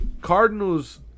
Cardinals